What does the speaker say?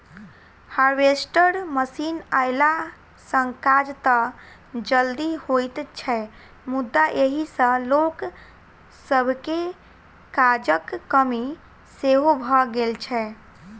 harvester machine अयला सॅ काज त जल्दी होइत छै मुदा एहि सॅ लोक सभके काजक कमी सेहो भ गेल छै